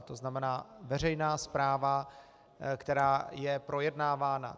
To znamená veřejná zpráva, která je projednávána.